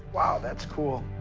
wow. that's cool.